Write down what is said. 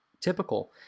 typical